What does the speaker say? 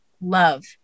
love